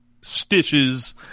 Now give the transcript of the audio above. stitches